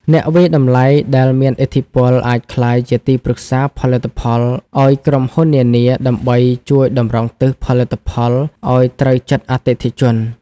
អ្នកវាយតម្លៃដែលមានឥទ្ធិពលអាចក្លាយជាទីប្រឹក្សាផលិតផល ឱ្យក្រុមហ៊ុននានាដើម្បីជួយតម្រង់ទិសផលិតផលឱ្យត្រូវចិត្តអតិថិជន។